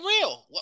real